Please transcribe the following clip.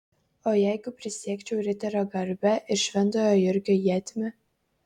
o jeigu prisiekčiau riterio garbe ir šventojo jurgio ietimi